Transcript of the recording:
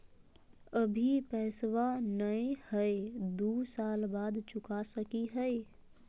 अभि पैसबा नय हय, दू साल बाद चुका सकी हय?